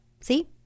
See